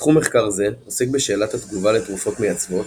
תחום מחקר זה עוסק בשאלת התגובה לתרופות מייצבות,